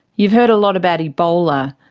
you've heard a lot about ebola,